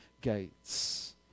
gates